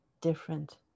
different